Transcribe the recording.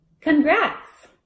Congrats